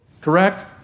Correct